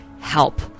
help